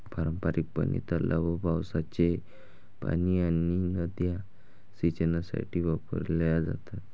पारंपारिकपणे, तलाव, पावसाचे पाणी आणि नद्या सिंचनासाठी वापरल्या जातात